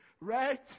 right